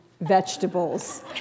vegetables